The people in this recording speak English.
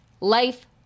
Life